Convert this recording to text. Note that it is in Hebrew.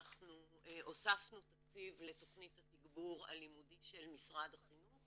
הוספנו תקציב לתכנית התגבור הלימודי של משרד החינוך